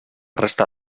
resta